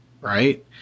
right